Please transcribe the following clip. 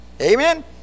Amen